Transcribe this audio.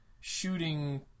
shooting